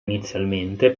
inizialmente